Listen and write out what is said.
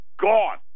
Gone